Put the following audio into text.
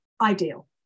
ideal